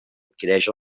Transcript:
adquireixi